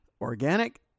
Organic